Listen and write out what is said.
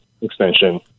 extension